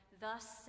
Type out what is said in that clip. Thus